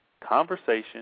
conversation